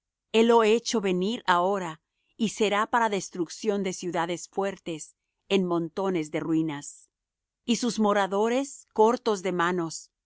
formado helo hecho venir ahora y será para destrucción de ciudades fuertes en montones de ruinas y sus moradores cortos de manos